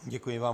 Děkuji vám.